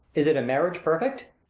is it a marriage? perfect?